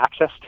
accessed